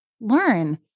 learn